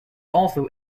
also